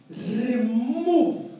remove